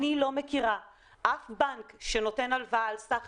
אני לא מכירה אף בנק שנותן הלוואה על סך